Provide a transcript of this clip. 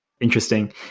Interesting